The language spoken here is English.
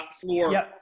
floor